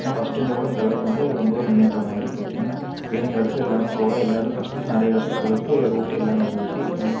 first இருந்ததோட இந்தளவுக்கு வந்து ரொம்ப முன்னேற்றமாகியிருக்கு வேணும்ங்கிற இடத்துல எல்லா இடமும் போகலாம் எல்லா இடமும் ஃபர்ஸ்ட்டுலாம் நிறைய இடத்துக்கு போறதுக்கு ரூட்டே இல்லாமல் இருந்துச்சு ம